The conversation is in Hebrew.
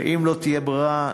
ואם לא תהיה ברירה,